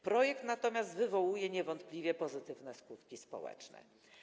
Projekt natomiast wywołuje niewątpliwie pozytywne skutki społeczne.